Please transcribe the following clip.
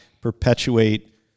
perpetuate